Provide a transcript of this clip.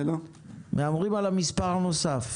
מהמרים על המספר הנוסף.